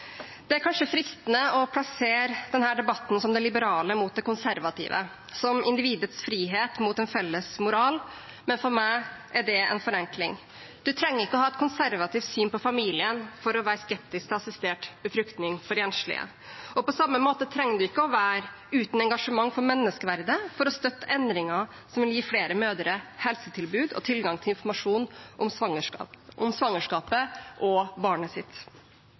Det er kanskje fristende å plassere denne debatten som det liberale mot det konservative, som individets frihet mot en felles moral, men for meg er det en forenkling. Man trenger ikke ha et konservativt syn på familien for å være skeptisk til assistert befruktning for enslige, og på samme måte trenger man ikke å være uten engasjement for menneskeverdet for å støtte endringer som vil gi flere mødre helsetilbud og tilgang til informasjon om svangerskapet og barnet sitt.